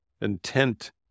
intent